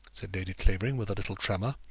said lady clavering, with a little tremor,